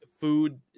food